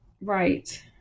Right